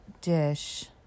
dish